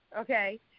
okay